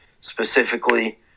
specifically